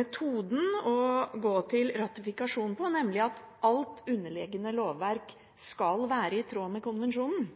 metoden å gå til ratifikasjon på, nemlig at alt underliggende lovverk skal være i tråd med konvensjonen.